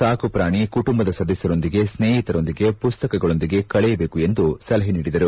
ಸಾಕುಪ್ರಾಣಿ ಕುಟುಂಬದ ಸದಸ್ಯರೊಂದಿಗೆ ಸ್ನೇಹಿರೊಂದಿಗೆ ಪುಸ್ತಕಗಳೊಂದಿಗೆ ಕಳೆಯಬೇಕು ಎಂದು ಸಲಹೆ ನೀಡಿದರು